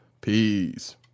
peace